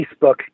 Facebook